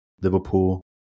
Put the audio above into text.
Liverpool